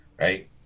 right